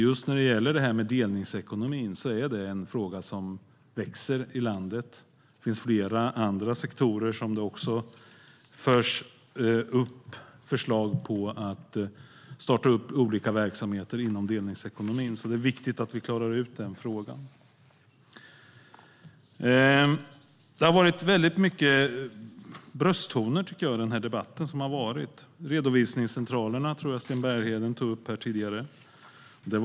Just det här med delningsekonomin är en fråga som växer i landet. Det finns flera andra sektorer där det också förs fram förslag om att starta olika verksamheter inom delningsekonomin, så det är viktigt att vi reder ut den frågan. Det har varit väldigt mycket brösttoner i den här debatten, tycker jag. Sten Bergheden tog upp redovisningscentralerna.